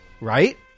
right